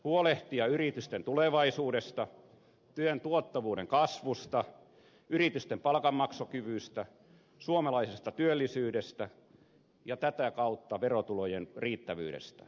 huolehtia yritysten tulevaisuudesta työn tuottavuuden kasvusta yritysten palkanmaksukyvystä suomalaisesta työllisyydestä ja tätä kautta verotulojen riittävyydestä